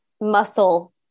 muscle